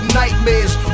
nightmares